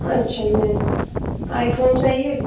अच्छा ma'am iPhone चाहिए